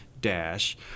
dash